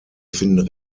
finden